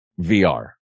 VR